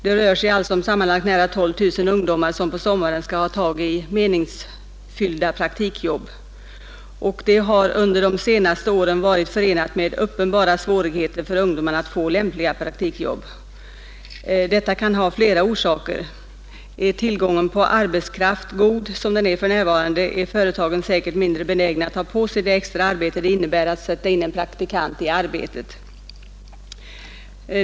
Det är alltså sammanlagt nära 12 000 ungdomar som på sommaren skall skaffa sig meningsfyllda praktikjobb. Det har under de senaste åren varit förenat med uppenbara svårigheter för ungdomarna att få lämpliga praktikjobb. Detta kan ha flera orsaker. Är tillgången på arbetskraft god, som den är för närvarande, är företagen säkert mindre benägna att ta på sig det extra arbete som det innebär att sätta in en praktikant i arbetet.